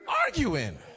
arguing